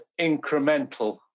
incremental